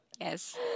Yes